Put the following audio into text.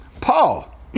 Paul